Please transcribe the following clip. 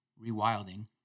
rewilding